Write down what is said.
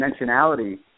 dimensionality